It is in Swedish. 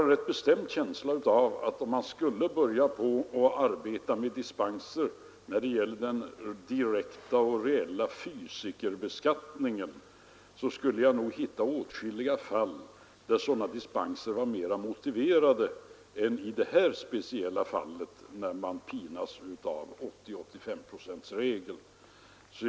Men jag har en bestämd känsla av att man, om man skulle börja arbeta med dispenser när det gäller den direkta och reella beskattningen av fysiska personer, skulle hitta åtskilliga fall där sådana dispenser var mera motiverade än i det speciella fall där man pinas av 80—85-procentsregeln.